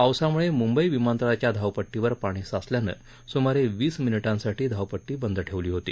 पावसामुळे मुंबई विमानतळाच्या धावपद्दीवर पाणी साचल्यानं सुमारे वीस मिनिटांसाठी धावपद्दी बंद ठेवली होती